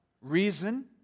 reason